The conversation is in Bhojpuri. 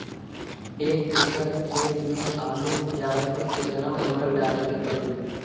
एक एकड़ खेत मे आलू उपजावे मे केतना उर्वरक डाले के पड़ी?